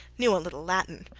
knew a little latin.